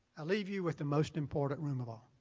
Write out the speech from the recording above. i leave you with the most important room of all,